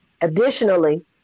Additionally